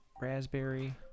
Raspberry